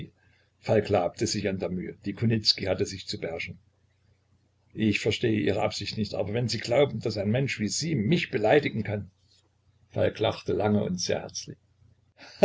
falk labte sich an der mühe die kunicki hatte sich zu beherrschen ich verstehe ihre absichten nicht aber wenn sie glauben daß ein mensch wie sie mich beleidigen kann falk lachte lange und sehr herzlich